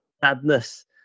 sadness